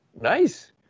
Nice